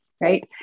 right